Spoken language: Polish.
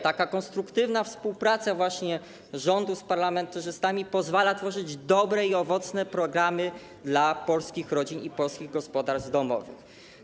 Taka konstruktywna współpraca rządu z parlamentarzystami pozwala tworzyć dobre i owocne programy dla polskich rodzin i polskich gospodarstw domowych.